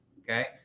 Okay